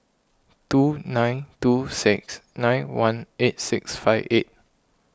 two nine two six nine one eight six five eight